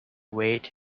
weight